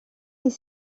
est